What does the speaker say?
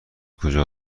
کجا